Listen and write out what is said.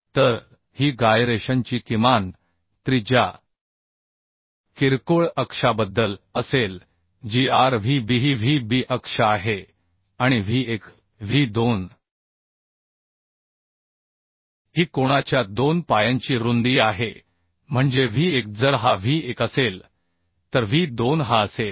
तर ही गायरेशनची किमान त्रिज्या किरकोळ अक्षाबद्दल असेल जी आर व्ही बी ही व्ही बी अक्ष आहे आणि व्ही 1 व्ही 2 ही कोनाच्या दोन पायांची रुंदी आहे म्हणजे व्ही 1 जर हा व्ही 1 असेल तर व्ही 2 हा असेल